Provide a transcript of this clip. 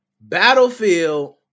Battlefield